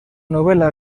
novela